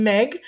Meg